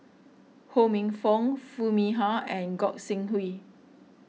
Ho Minfong Foo Mee Har and Gog Sing Hooi